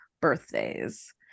birthdays